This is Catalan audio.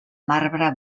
marbre